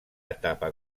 etapa